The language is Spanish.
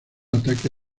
ataque